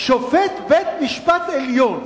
שופט בית-המשפט העליון,